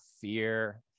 fear